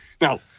Now